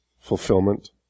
fulfillment